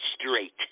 Straight